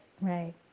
right